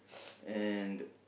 and